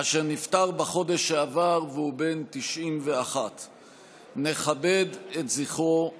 אשר נפטר בחודש שעבר והוא בן 91. נכבד את זכרו בקימה.